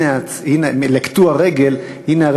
לקטוע רגל: הנה,